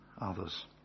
others